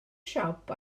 siop